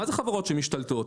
מה זה חברות שמשתלטות?